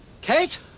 Kate